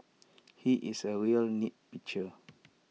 he is A real nitpicker